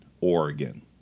oregon